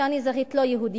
שאני אזרחית לא יהודית,